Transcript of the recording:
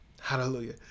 Hallelujah